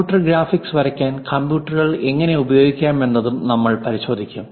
computer graphics വരയ്ക്കാൻ കമ്പ്യൂട്ടറുകൾ എങ്ങനെ ഉപയോഗിക്കാമെന്നതും നമ്മൾ പരിശോധിക്കും